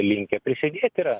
linkę prisidėt yra